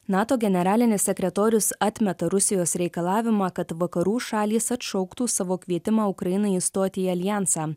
nato generalinis sekretorius atmeta rusijos reikalavimą kad vakarų šalys atšauktų savo kvietimą ukrainai įstoti į aljansą